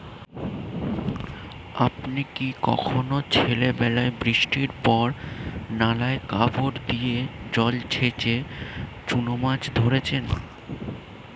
আপনি কি কখনও ছেলেবেলায় বৃষ্টির পর নালায় কাপড় দিয়ে জল ছেঁচে চুনো মাছ ধরেছেন?